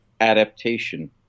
adaptation